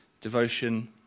devotion